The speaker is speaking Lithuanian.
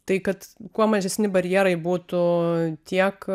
tai kad kuo mažesni barjerai būtų tiek